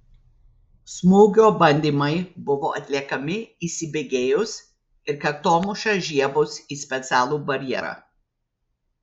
smūgio bandymai buvo atliekami įsibėgėjus ir kaktomuša žiebus į specialų barjerą